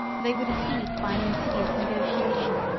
they were deceived by an insidious negotiation,